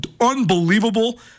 unbelievable